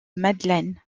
madeleine